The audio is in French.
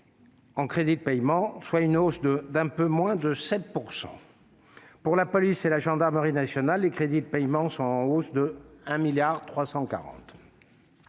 en crédits de paiement, soit une hausse d'un peu moins de 7 %. Pour la police et la gendarmerie nationales, les crédits de paiement sont en hausse de 1,34 milliard